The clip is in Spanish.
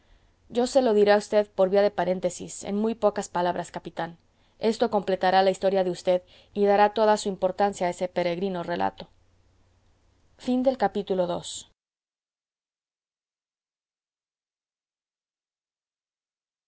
yo se lo diré a v por vía de paréntesis en muy pocas palabras capitán esto completará la historia de v y dará toda su importancia a ese peregrino relato iii